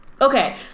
Okay